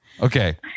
Okay